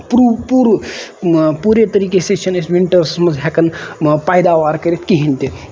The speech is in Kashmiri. پروٗ پوٗرٕ پوٗرے طریٖقے سے چھِنہٕ أسۍ وِنٹٲرٕسس منٛز ہٮ۪کان پیداوار کٔرِتھ کِہینۍ تہِ